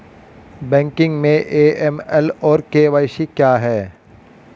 Banking में AML और KYC क्या हैं?